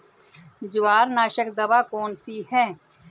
जवार नाशक दवा कौन सी है?